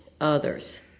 others